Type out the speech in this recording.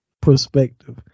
perspective